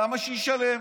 למה שישלם?